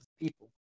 people